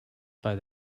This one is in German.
bei